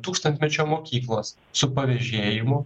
tūkstantmečio mokyklos su pavežėjimu